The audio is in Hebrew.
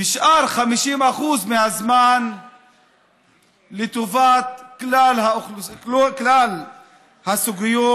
ושאר 50% מהזמן לטובת כלל הסוגיות.